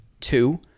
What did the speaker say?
Two